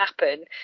happen